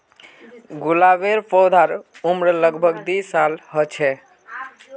गुलाबेर पौधार उम्र लग भग दी साल ह छे